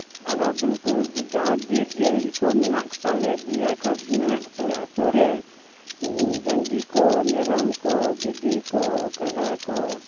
ᱟᱨᱚ ᱩᱱᱠᱩ ᱡᱟᱦᱟᱸᱭ ᱵᱤᱨ ᱡᱤᱭᱟᱹᱞᱤ ᱢᱮᱱᱟᱜ ᱠᱚᱛᱟᱞᱮᱭᱟ ᱤᱭᱟᱹ ᱠᱚ ᱢᱮᱱᱟᱜ ᱠᱚᱛᱟᱞᱮᱭᱟ ᱟᱹᱛᱩ ᱨᱮ ᱰᱟᱝᱨᱤ ᱠᱚ ᱢᱮᱨᱚᱢ ᱠᱚ ᱵᱷᱤᱰᱤ ᱠᱚ ᱠᱟᱰᱟ ᱠᱚ